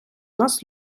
нас